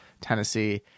Tennessee